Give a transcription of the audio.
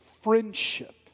friendship